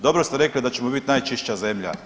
Dobro ste rekli da ćemo biti najčišća zemlja.